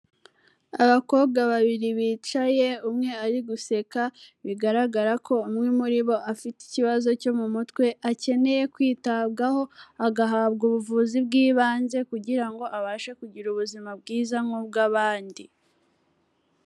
Abakobwa babiri bicaye umwe ari guseka bigaragara ko umwe muri bo afite ikibazo cyo mu mutwe akeneye kwitabwaho, agahabwa ubuvuzi bw'ibanze kugira ngo abashe kugira ubuzima bwiza nk'ubw'abandi.